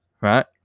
right